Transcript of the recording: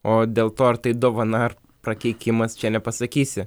o dėl to ar tai dovana ar prakeikimas čia nepasakysi